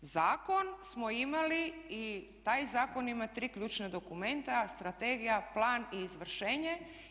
Zakon smo imali i taj zakon ima tri ključna dokumenta, strategiju, plan i izvršenje.